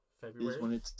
February